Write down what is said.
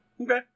Okay